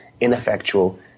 ineffectual